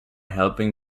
helping